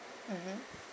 mmhmm